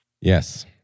Yes